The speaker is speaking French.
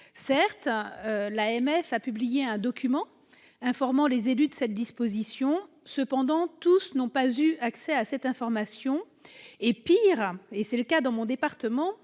a publié un document informant les élus de cette disposition. Cependant, tous n'ont pas eu accès à l'information. Pis, et c'est le cas dans mon département,